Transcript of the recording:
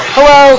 Hello